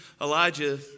Elijah